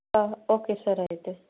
okay sir అయితే